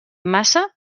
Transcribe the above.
massa